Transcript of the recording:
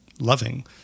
loving